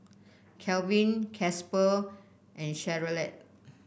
Kelvin Casper and Charolette